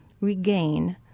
regain